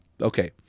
Okay